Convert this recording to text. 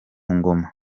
ngoma